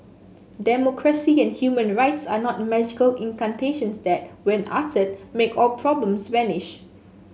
democracy and human rights are not magical incantations that when uttered make all problems vanish